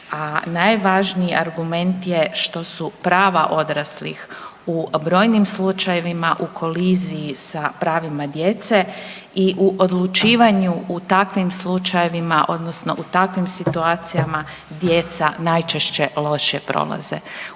najvažniji argument je što su prava odraslih u brojnim slučajevima u koliziji sa pravima djece i u odlučivanju u takvim slučajevima odnosno u takvim situacijama djeca najčešće loše prolaze.